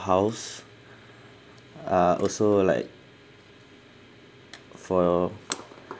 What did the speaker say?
house uh also like for